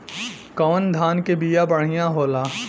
कौन धान के बिया बढ़ियां होला?